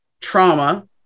trauma